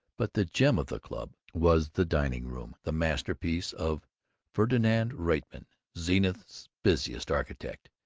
but the gem of the club was the dining-room, the masterpiece of ferdinand reitman, zenith's busiest architect.